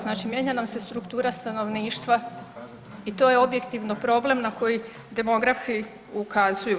Znači mijenja nam se struktura stanovništva i to je objektivno problem na koji demografi ukazuju.